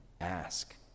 ask